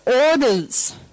Orders